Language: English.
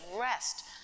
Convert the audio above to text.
rest